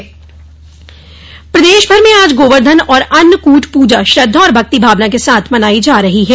प्रदेश भर में आज गोवर्धन और अन्नकूट पूजा श्रद्धा और भक्ति भावना के साथ मनाई जा रही है